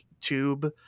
tube